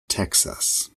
texas